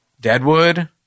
Deadwood